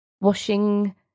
washing